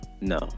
No